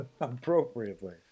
appropriately